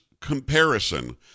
comparison